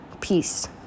peace